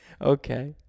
Okay